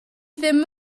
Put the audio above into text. ddim